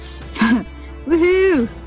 Woohoo